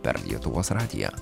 per lietuvos radiją